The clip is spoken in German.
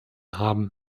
haben